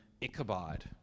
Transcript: Ichabod